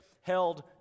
held